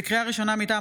לקריאה ראשונה, מטעם